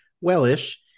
well-ish